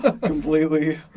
Completely